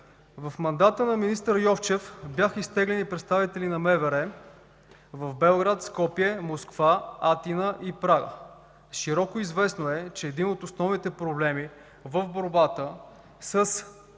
в мандата на министър Йовчев бяха изтеглени представители на МВР в Белград, Скопие, Москва, Атина и Прага. Широко известно е, че един от основните проблеми в борбата с